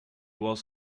was